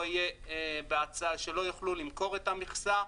יהיה --- שלא יוכלו למכור את המכסה.